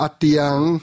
Atiang